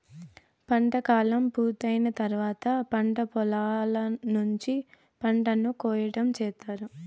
పంట కాలం పూర్తి అయిన తర్వాత పంట పొలాల నుంచి పంటను కోయటం చేత్తారు